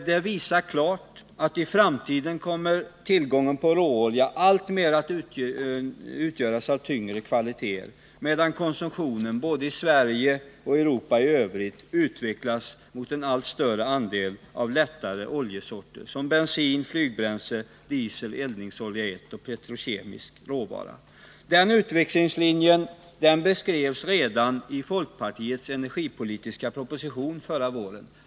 De visar klart att tillgången på råolja i framtiden alltmer kommer att utgöras av tyngre kvaliteter medan konsumtionen i både Sverige och Europa i övrigt utvecklas mot en allt större andel av lättare oljor, såsom bensin, flygbränsle, diesel, eldningsolja 1 och petrokemisk råvara. Den utvecklingslinjen beskrevs redan i folkpartiets energipolitiska proposition förra våren.